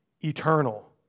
eternal